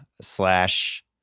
slash